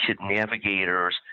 navigators